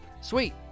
sweet